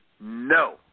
no